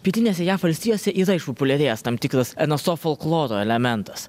pietinėse jav valstijose yra išpopuliarėjęs tam tikras nso folkloro elementas